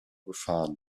befahren